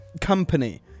company